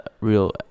real